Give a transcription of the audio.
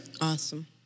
Awesome